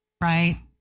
right